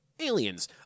Aliens